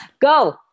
Go